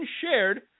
shared